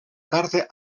carta